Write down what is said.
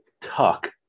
Tuck